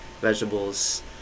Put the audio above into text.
vegetables